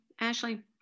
Ashley